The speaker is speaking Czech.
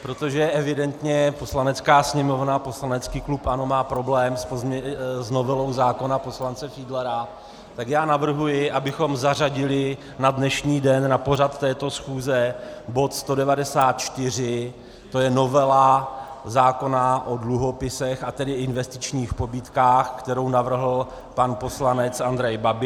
Protože evidentně Poslanecká sněmovna, poslanecký klub ANO má problém s novelou zákona poslance Fiedlera, tak navrhuji, abychom zařadili na dnešní den na pořad této schůze bod 194, to je novela zákona o dluhopisech, a tedy investičních pobídkách, kterou navrhl pan poslanec Andrej Babiš.